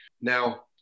Now